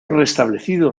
restablecido